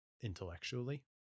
intellectually